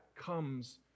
comes